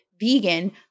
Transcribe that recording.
vegan